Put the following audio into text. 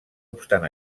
obstant